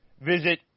Visit